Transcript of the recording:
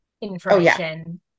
information